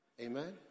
Amen